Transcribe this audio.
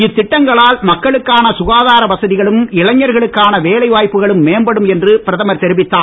இத்திட்டங்களால் மக்களுக்கான சுகாதார வசதிகளும் இளைஞர்களுக்கான வேலை வாய்ப்புகளும் மேம்படும் என்று பிரதமர் தெரிவித்தார்